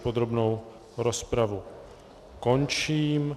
Podrobnou rozpravu končím.